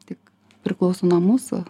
tik priklauso nuo mūsų